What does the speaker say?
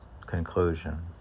Conclusion